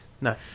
No